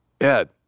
Ed